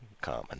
common